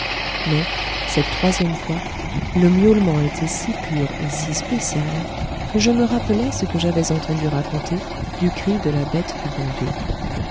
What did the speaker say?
mais cette troisième fois le miaulement était si pur et si spécial que je me rappelai ce que j'avais entendu raconter du cri de la bête du bon dieu